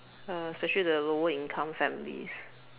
uh especially the lower income families